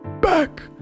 back